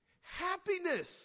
Happiness